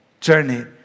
journey